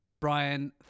Brian